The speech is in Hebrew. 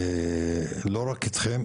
אני לא רק אתכם,